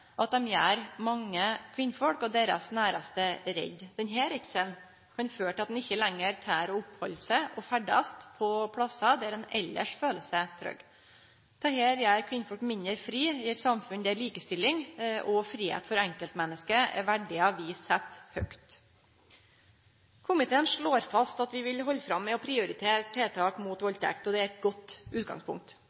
at dei gjer mange kvinner og deira næraste redde. Denne redselen kan føre til at ein ikkje lenger tør å opphalde seg og ferdast på plassar der ein elles føler seg trygg. Dette gjer kvinner mindre frie i et samfunn der likestilling og fridom for enkeltmennesket er verdiar vi set høgt. Komiteen slår fast at vi vil halde fram med å prioritere tiltak mot valdtekt. Det er eit godt utgangspunkt.